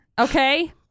okay